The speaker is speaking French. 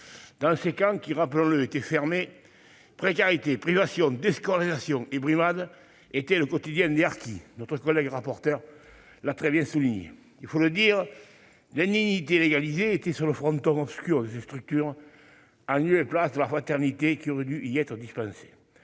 Dans ces camps qui, rappelons-le, étaient fermés, précarité, privations, déscolarisation et brimades étaient le lot quotidien des harkis- notre collègue rapporteure l'a très bien souligné. Il faut le dire : c'est l'indignité légalisée qui figurait au fronton obscur de ces structures, en lieu et place de la fraternité qui aurait dû y être prodiguée.